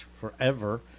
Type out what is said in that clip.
forever